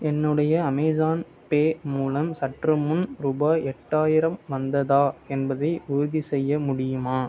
என்னுடைய Amazon pay மூலம் சற்றுமுன் ரூபாய் எட்டாயிரம் வந்ததா என்பதை உறுதிசெய்ய முடியுமா